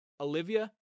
Olivia